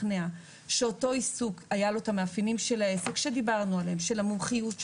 שלאותו עיסוק היו את המאפיינים של העסק שדיברנו עליהם מומחיות,